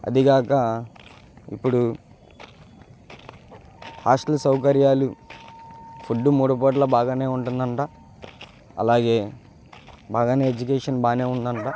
అదీకాక ఇప్పుడు హాస్టల్ సౌకర్యాలు ఫుడ్డు మూడు పూటలా బాగానే ఉంటుంది అంటా అలాగే బాగానే ఎడ్యుకేషన్ బాగానే ఉంది అంట